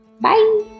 Bye